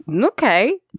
Okay